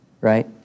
right